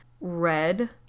red